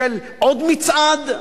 של עוד מצעד,